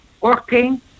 working